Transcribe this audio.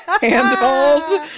handhold